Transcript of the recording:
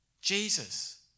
Jesus